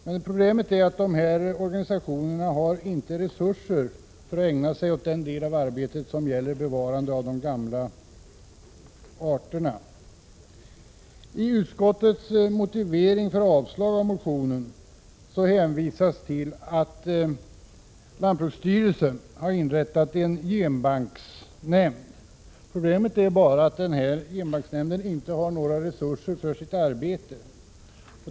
Men problemet är att dessa organisationer inte har resurser för att ägna sig åt den del av arbetet som gäller bevarandet av de gamla arterna. I utskottets motivering för avstyrkande av motionen hänvisas till att lantbruksstyrelsen har inrättat en genbanksnämnd. Problemet är bara att genbanksnämnden inte har några resurser för sitt arbete.